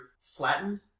flattened